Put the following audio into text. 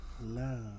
Love